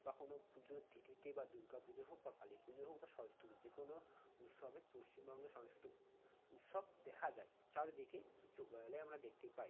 বা কোনো পুজোর তিথিতে বা দুর্গা পুজো হোক বা কালী পুজো হোক বা সরস্বতী পুজো যে কোনো উৎসবে পশ্চিমবঙ্গে সাংস্কৃতিক উৎসব দেখা যায় চারিদিকে চোখ গেলেই আমরা দেখতে পাই